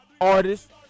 artist